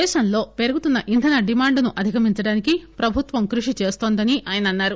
దేశంలో పెరుగుతున్న ఇంధన డిమాండ్ను అధిగమించడానికి ప్రభుత్వం కృషి చేస్తుందని ఆయన అన్నారు